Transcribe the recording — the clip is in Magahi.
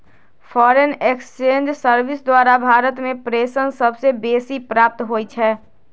फॉरेन एक्सचेंज सर्विस द्वारा भारत में प्रेषण सबसे बेसी प्राप्त होई छै